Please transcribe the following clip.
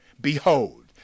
Behold